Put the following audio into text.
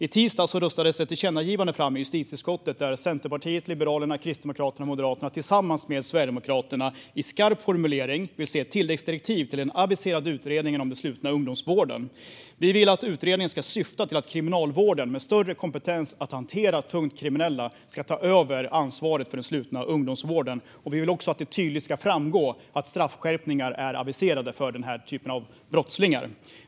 I tisdags röstades ett tillkännagivande fram i justitieutskottet där Centerpartiet, Liberalerna, Kristdemokraterna och Moderaterna tillsammans med Sverigedemokraterna i en skarp formulering vill se ett tilläggsdirektiv till den aviserade utredningen om den slutna ungdomsvården. Vi vill att utredningen ska syfta till att Kriminalvården med större kompetens att hantera tungt kriminella ska ta över ansvaret för den slutna ungdomsvården. Vi vill också att det tydligt ska framgå att straffskärpningar är aviserade för den här typen av brottslingar.